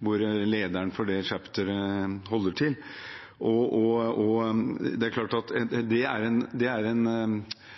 hvor lederen for det chapteret holder til. Det er klart at dette er en hardbarket profesjonell kriminell gjeng som nettopp har det som en